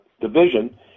division